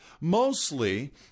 mostly